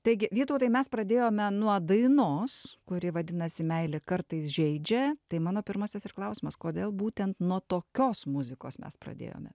taigi vytautai mes pradėjome nuo dainos kuri vadinasi meilė kartais žeidžia tai mano pirmasis ir klausimas kodėl būtent nuo tokios muzikos mes pradėjome